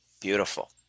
Beautiful